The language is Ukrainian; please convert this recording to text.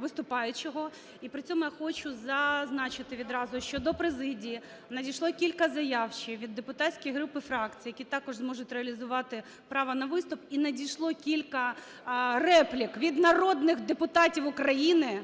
виступаючого, і при цьому я хочу зазначити відразу, що до президії надійшло кілька заяв ще від депутатських груп і фракцій, які також можуть реалізувати право на виступ. І надійшло кілька реплік від народних депутатів України